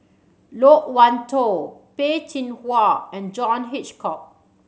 Loke Wan Tho Peh Chin Hua and John Hitchcock